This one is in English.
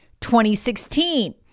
2016